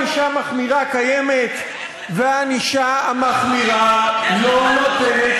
קצבאות ביטוח לאומי, שלילה של קצבאות ביטוח לאומי.